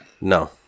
No